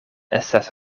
estas